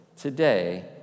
today